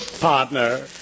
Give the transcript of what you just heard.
Partner